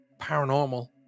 paranormal